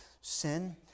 Sin